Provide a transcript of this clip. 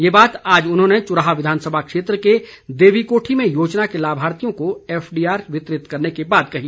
ये बात आज उन्होंने चुराह विधानसभा क्षेत्र के देवीकोठी में योजना के लाभार्थियों को एफडीआर वितरित करने के बाद कही